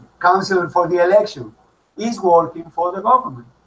council and for the election is working and for the government